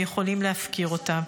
יכולים להפקיר אותם?